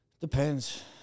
Depends